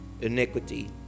iniquity